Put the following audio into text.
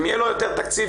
אם יהיה לו יותר תקציב,